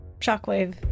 shockwave